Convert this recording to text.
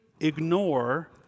ignore